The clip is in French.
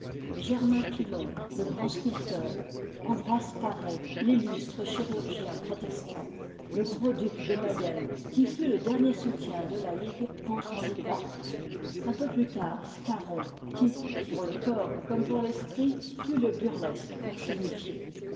germain pilon le grand sculpteur ambroise paré l'illustre chirurgien protestant le gros duc de mayenne qui fut le dernier soutien de la ligue contre henri iv un peu plus tard scarron qui pour le corps comme pour l'esprit fut le burlesque personnifié